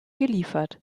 geliefert